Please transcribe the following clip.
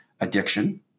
addiction